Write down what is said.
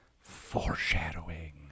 Foreshadowing